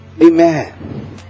Amen